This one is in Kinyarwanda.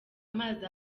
amazi